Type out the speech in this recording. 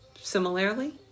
Similarly